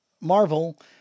Marvel